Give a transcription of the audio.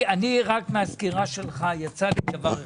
רק מהסקירה שלך יצאתי עם דבר אחד.